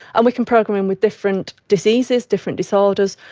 and we can program him with different diseases, different disorders.